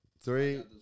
three